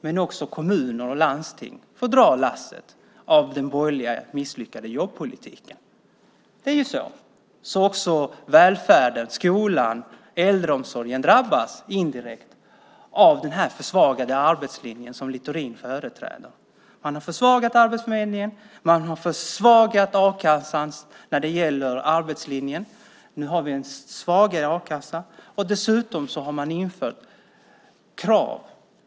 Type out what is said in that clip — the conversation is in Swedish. Men också kommuner och landsting får dra lasset av den misslyckade borgerliga jobbpolitiken. Så är det. Också välfärden, skolan och äldreomsorgen drabbas indirekt av denna försvagade arbetslinje som Littorin företräder. Man har försvagat Arbetsförmedlingen, man har försvagat a-kassan när det gäller arbetslinjen. Nu har vi en svagare a-kassa. Dessutom har man infört krav.